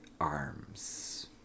arms